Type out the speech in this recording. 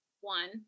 one